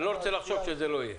אני לא רוצה לחשוב שזה לא יהיה.